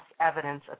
evidence